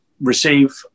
receive